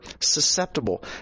susceptible